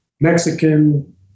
Mexican